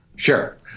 Sure